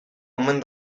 omen